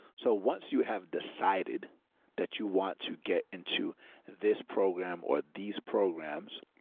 so, once you have decided that you want to get into this program or these programs,